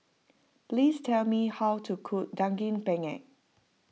please tell me how to cook Daging Penyet